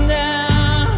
down